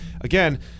Again